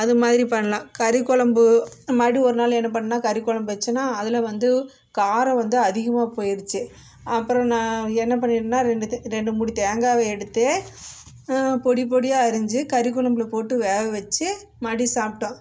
அது மாதிரி பண்ணலாம் கறிக்குழம்பு மறுபடி ஒருநாள் என்ன பண்ணேன் கறிக்குழம்பு வச்சேன்னா அதில் வந்து காரம் வந்து அதிகமாக போயிருத்து அப்புறம் நான் என்ன பண்ணிட்டேன்னால் ரெண்டு தே ரெண்டு மூடி தேங்காயை எடுத்து பொடி பொடியாக அரிஞ்சி கறிக்குழம்புல போட்டு வேக வச்சு மறுபடி சாப்பிட்டோம்